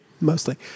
Mostly